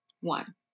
One